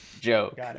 joke